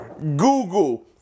Google